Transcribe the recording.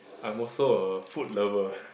I'm also a food lover